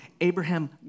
Abraham